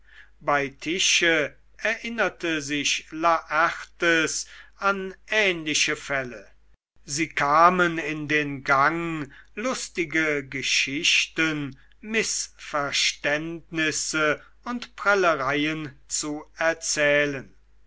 bei tische erinnerte sich laertes an ähnliche fälle sie kamen in den gang lustige geschichten mißverständnisse und prellereien zu erzählen